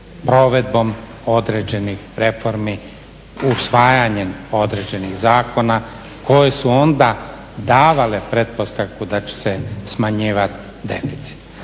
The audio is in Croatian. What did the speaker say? provedbom određenih reformi usvajanjem određenih zakona koji su onda davali pretpostavku da će se smanjivati deficit.